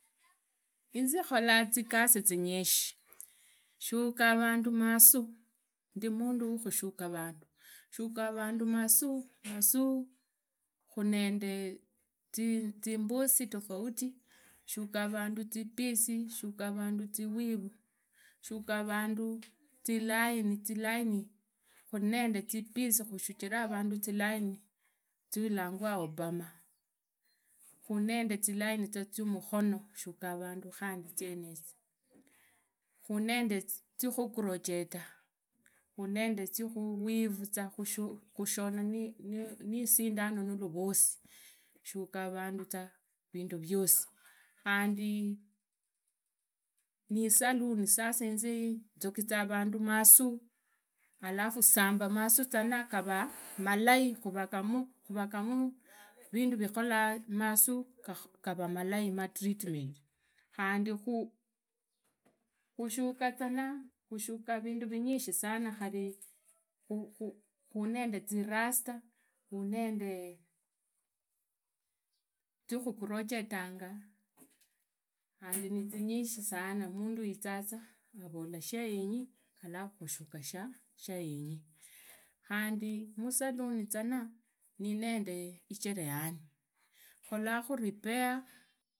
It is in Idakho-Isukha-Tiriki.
Inze khola zigasi zigasi zinyisi shukavandu masuu ndi mundu wakushuka vandu, shuka vundu masuu, masuu khunende zimbusi tofauti tofauti shukavandu zipisi shukavandu ziwiri shukavandu zilaidi zilaini khuri need zilaini zilangwa obama, khuri nende zilaini zilangwanga zia mutihono khandi shutia vandu zienezo khuri nende ziatiharoteta khuni nende khushona nisindani nuluvusi shukavandu vuzwa vindu viosi khandi musaluni nzogiza vandu masuu alafu samba masuu zana gava malai khuvahimu vindu vinyishi sana khari khunende zirasta khundi tihunende zikhuprojectanga khandi nizinyishi sana arola shaenyi alafu khushuka shaenyi khandi musaluni zanu ndi nende icherehani khoratihu repair.